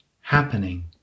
happening